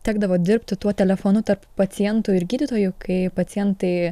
tekdavo dirbti tuo telefonu tarp pacientų ir gydytojų kai pacientai